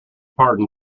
pardon